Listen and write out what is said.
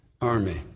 army